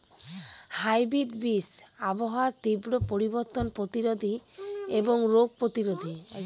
hybrid বীজ আবহাওয়ার তীব্র পরিবর্তন প্রতিরোধী এবং রোগ প্রতিরোধী